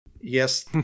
yes